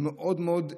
מאוד מאוד,